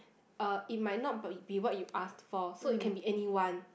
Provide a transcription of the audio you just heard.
uh it might not be be what you asked for so it can be anyone